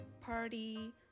party